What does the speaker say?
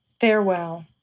Farewell